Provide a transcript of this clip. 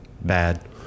bad